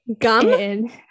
gum